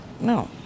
No